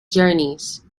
journeys